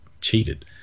cheated